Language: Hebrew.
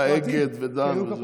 כשהיו אגד ודן וזהו.